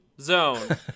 zone